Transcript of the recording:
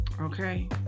Okay